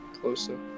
closer